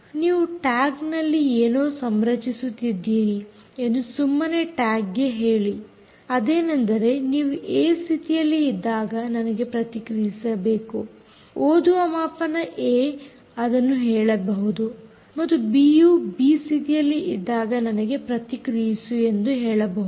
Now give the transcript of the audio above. ನೀವು ಟ್ಯಾಗ್ ನಲ್ಲಿ ಏನೋ ಸಂರಚಿಸುತ್ತಿದ್ದೀರಿ ಎಂದು ಸುಮ್ಮನೆ ಟ್ಯಾಗ್ಗೆ ಹೇಳಿ ಅದೇನೆಂದರೆ ನೀವು ಏ ಸ್ಥಿತಿಯಲ್ಲಿ ಇದ್ದಾಗ ನನಗೆ ಪ್ರತಿಕ್ರಿಯಿಸಬೇಕು ಓದುವ ಮಾಪನ ಏ ಅದನ್ನು ಹೇಳಬಹುದು ಮತ್ತು ಬಿ ಯು ಬಿ ಸ್ಥಿತಿಯಲ್ಲಿ ಇದ್ದಾಗ ನನಗೆ ಪ್ರತಿಕ್ರಿಯಿಸು ಎಂದು ಹೇಳಬಹುದು